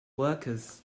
workers